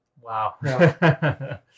Wow